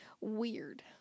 Weird